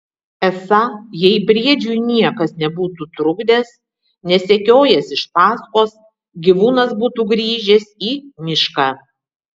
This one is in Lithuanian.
esą jei briedžiui niekas nebūtų trukdęs nesekiojęs iš paskos gyvūnas būtų grįžęs į mišką